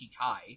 Kai